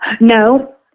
No